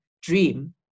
dream